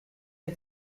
est